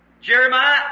Jeremiah